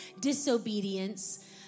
disobedience